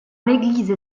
l’église